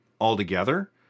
altogether